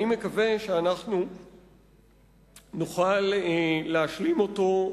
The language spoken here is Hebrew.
אני מקווה שאנחנו נוכל להשלים אותו,